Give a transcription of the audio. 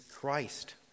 Christ